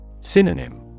SYNONYM